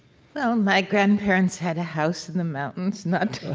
well, my grandparents had a house in the mountains not